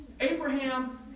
Abraham